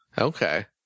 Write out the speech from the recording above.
okay